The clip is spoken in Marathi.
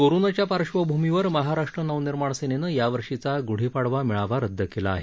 कोरोनाच्या पार्श्वभूमीवर महाराष्ट्र नवनिर्माण सेनेनं यावर्षीचा ग्ढीपाडवा मेळावा रदद केला आहे